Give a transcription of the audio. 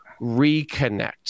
reconnect